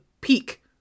peak